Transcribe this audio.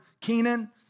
Kenan